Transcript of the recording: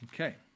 Okay